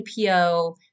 APO